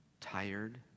tired